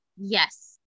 Yes